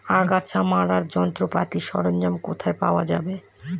আগাছা মারার যন্ত্রপাতি ও সরঞ্জাম কোথায় পাওয়া যাবে?